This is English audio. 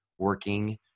working